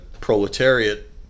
proletariat